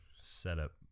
setup